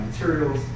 materials